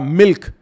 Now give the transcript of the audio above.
milk